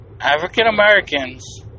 African-Americans